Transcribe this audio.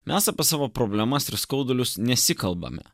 mes apie savo problemas ir skaudulius nesikalbame